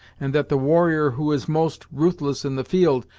and that the warrior who is most ruthless in the field,